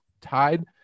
tied